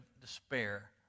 despair